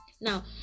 now